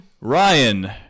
Ryan